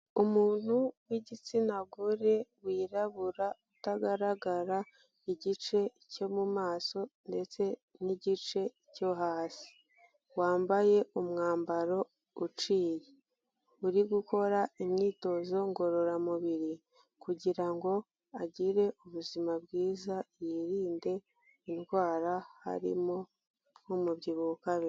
Umuntu w'igitsina gore wirabura utagaragara igice cyo mu maso ndetse n'igice cyo hasi, wambaye umwambaro uciye, uri gukora imyitozo ngororamubiri, kugira ngo agire ubuzima bwiza yirinde indwara harimo n'umubyibuho ukabije.